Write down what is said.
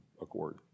accord